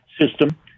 system